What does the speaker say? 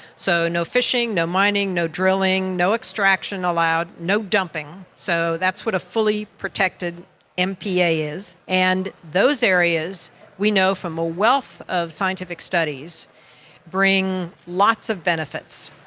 so, no fishing, no mining, no drilling, no extraction allowed, no dumping, so that's what a fully protected mpa is. and those areas we know from a wealth of scientific studies bring lots of benefits.